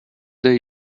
they